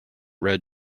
red